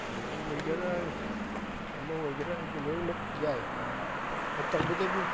ꯃꯨꯗꯤ ꯑꯣꯏꯒꯦꯔꯥ ꯑꯃ ꯑꯣꯏꯒꯦꯔꯥ ꯑꯩꯗꯤ ꯂꯣꯏꯃꯛ ꯌꯥꯏ ꯑꯗꯨ ꯇꯧꯕꯇꯕꯨ